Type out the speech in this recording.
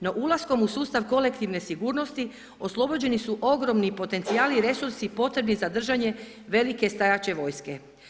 No ulaskom u sustav kolektivne sigurnosti oslobođeni su ogromni potencijali i resursi potrebni za držanje velike stajaće vojske.